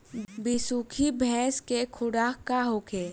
बिसुखी भैंस के खुराक का होखे?